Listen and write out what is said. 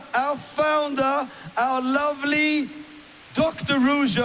our founder, our lovely dr. ruja.